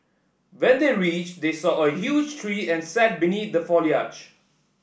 when they reached they saw a huge tree and sat beneath the foliage